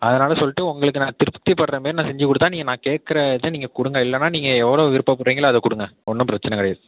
அதனால் சொல்லிட்டு உங்களுக்கு நாங்கள் திருப்த்திப்படுற மாரி நான் செஞ்சு கொடுத்தா நான் கேட்குற இதை கொடுங்க இல்லைன்னா நீங்கள் எவ்வளோ விருப்பப்பற்றிங்களோ அதை கொடுங்க ஒன்றும் பிரச்சனை கிடையாது